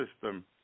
system